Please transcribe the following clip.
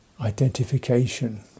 identification